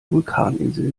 vulkaninsel